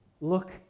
Look